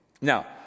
Now